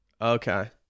Okay